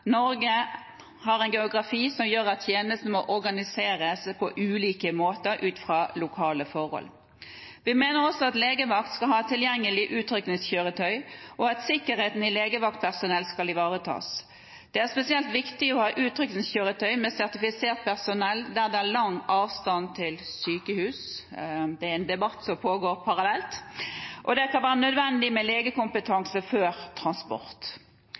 Norge har en geografi som gjør at tjenesten må organiseres på ulike måter ut fra lokale forhold. Vi mener også at legevakt skal ha tilgjengelig utrykningskjøretøy, og at sikkerheten til legevaktpersonell skal ivaretas. Det er spesielt viktig å ha utrykningskjøretøy med sertifisert personell der det er lang avstand til sykehus – det er en debatt som pågår parallelt – og det kan være nødvendig med legekompetanse før transport.